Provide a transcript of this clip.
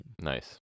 Nice